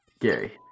Gary